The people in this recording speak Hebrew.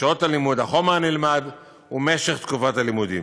שעות הלימוד, החומר הנלמד ומשך תקופת הלימודים.